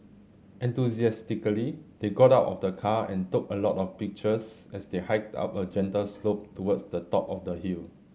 enthusiastically they got out of the car and took a lot of pictures as they hiked up a gentle slope towards the top of the hill